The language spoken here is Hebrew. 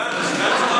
גנץ אמר,